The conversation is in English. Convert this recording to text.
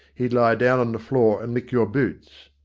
he'd lie down on the floor and lick your boots.